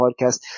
podcast